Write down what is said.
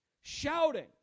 shouting